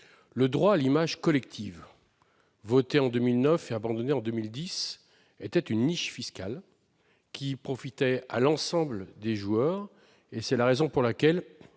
Le droit à l'image collective voté en 2009 et abandonné en 2010 était une niche fiscale, qui bénéficiait à l'ensemble des joueurs. C'est la raison pour laquelle